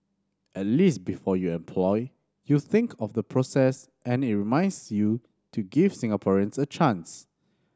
at least before you employ you think of the process and it reminds you to give Singaporeans a chance